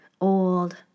old